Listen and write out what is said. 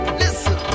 listen